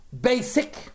basic